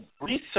research